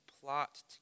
plot